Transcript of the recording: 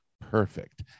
perfect